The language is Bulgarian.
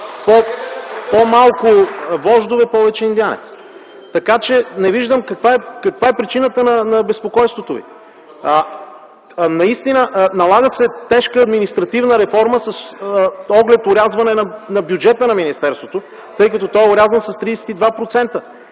„По-малко вождове, повече индианци”. Не виждам каква е причината за безпокойството Ви. Налага се тежка административна реформа с оглед орязване бюджета на министерството, тъй като е орязан с 32%.